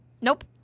Nope